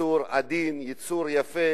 יצור עדין, יצור יפה.